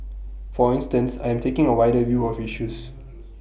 for instance I am taking A wider view of issues